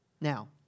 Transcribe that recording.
Now